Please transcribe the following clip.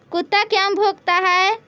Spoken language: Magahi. कुत्ता क्यों भौंकता है?